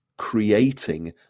creating